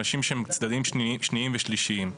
אנשים שהם צדדים שניים ושלישיים.